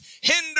hinder